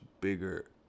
bigger